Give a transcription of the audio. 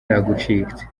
yagucitse